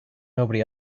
nobody